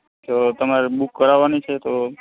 તમારે બુક કરાવાની છે તો